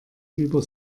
über